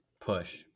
push